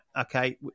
okay